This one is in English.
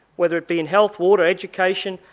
whether it be in health, water, education,